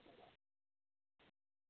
এই বাইদেউ আশীকৈ নহ'ব বাইদেউ